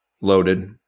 loaded